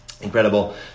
Incredible